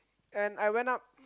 and I went up